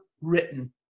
written